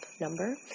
number